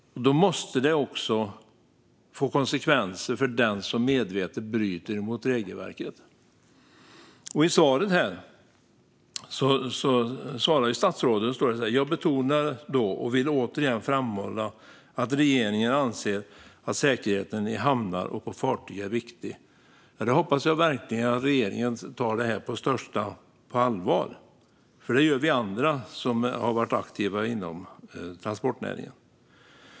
Därför måste det också få konsekvenser för den som medvetet bryter mot regelverket. Statsrådet sa i sitt svar: "Jag betonade då och vill återigen framhålla att regeringen anser att säkerheten i hamnar och på fartyg är viktig." Ja, jag hoppas verkligen att regeringen tar det här på största allvar! Det gör nämligen vi andra som har varit aktiva inom transportnäringen.